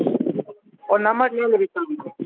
आओर नम्बर लए लेबय शामके